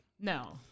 No